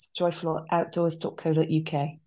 joyfuloutdoors.co.uk